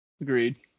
Agreed